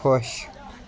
خۄش